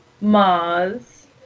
Mars